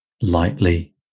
lightly